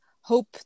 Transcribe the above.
hope